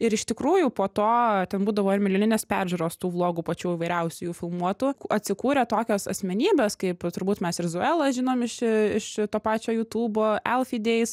ir iš tikrųjų po to ten būdavo ir milijoninės peržiūros tų vlogų pačių įvairiausių jų filmuotų atsikūrė tokios asmenybės kaip turbūt mes ir zoelą žinom iš iš to pačio jutūbo alfi deiz